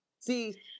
See